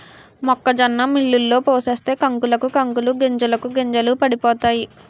మొక్కజొన్న మిల్లులో పోసేస్తే కంకులకు కంకులు గింజలకు గింజలు పడిపోతాయి